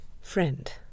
Friend